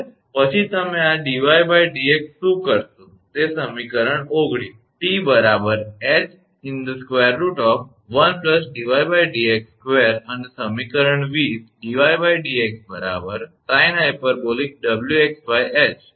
પછી તમે આ 𝑑𝑦𝑑𝑥 શું કરશો તે સમીકરણ 19 𝑇 𝐻√1𝑑𝑦𝑑𝑥2 અને સમીકરણ 20 𝑑𝑦𝑑𝑥 sinh𝑊𝑥𝐻 જુઓ